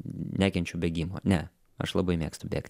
nekenčiu bėgimo ne aš labai mėgstu bėgt